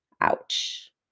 Ouch